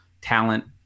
talent